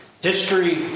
history